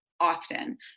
often